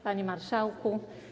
Panie Marszałku!